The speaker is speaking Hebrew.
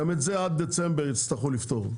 גם את זה עד דצמבר יצטרכו לפתור.